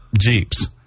Jeeps